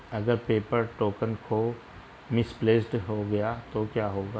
अगर paper token खो misplaced गया तो क्या होगा?